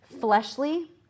fleshly